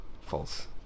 False